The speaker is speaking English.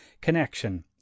connection